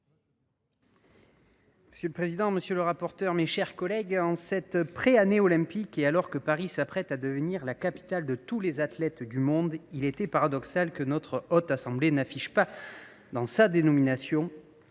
Monsieur le président, mes chers collègues, en cette pré année olympique, alors que Paris s’apprête à devenir la capitale de tous les athlètes du monde, il était paradoxal que notre Haute Assemblée n’affiche pas, dans la dénomination